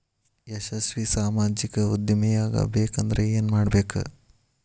ಯಶಸ್ವಿ ಸಾಮಾಜಿಕ ಉದ್ಯಮಿಯಾಗಬೇಕಂದ್ರ ಏನ್ ಮಾಡ್ಬೇಕ